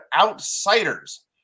OUTSIDERS